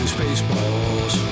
Spaceballs